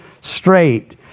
straight